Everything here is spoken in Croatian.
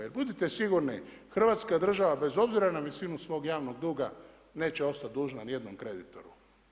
Jer budite sigurni Hrvatska država bez obzira na visinu svog javnog duga neće ostat dužna ni jednom kreditoru.